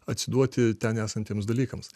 atsiduoti ten esantiems dalykams